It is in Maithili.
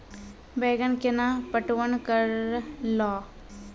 बैंगन केना पटवन करऽ लो?